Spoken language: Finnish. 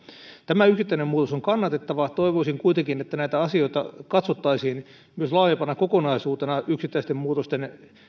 tämä yksittäinen muutos on kannatettava toivoisin kuitenkin että näitä asioita katsottaisiin myös laajempana kokonaisuutena yksittäisten muutosten